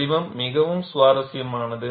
வடிவம் மிகவும் சுவாரஸ்யமானது